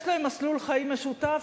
יש להם מסלול חיים משותף,